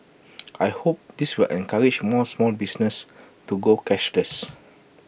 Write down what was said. I hope this will encourage more small businesses to go cashless